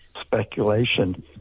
speculation